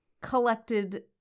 collected